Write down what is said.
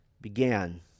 began